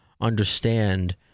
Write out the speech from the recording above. understand